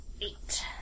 eight